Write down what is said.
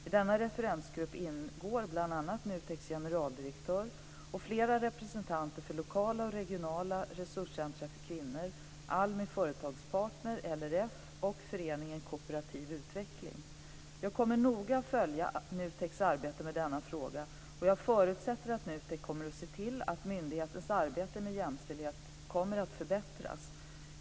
I denna referensgrupp ingår bl.a. NUTEK:s generaldirektör och flera representanter för lokala och regionala resurscentrum för kvinnor, ALMI Företagspartner, LRF och Föreningen Kooperativ Utveckling. Jag kommer att noga följa NUTEK:s arbete med denna fråga, och jag förutsätter att NUTEK kommer att se till att myndighetens arbete med jämställdhet kommer att förbättras.